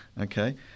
Okay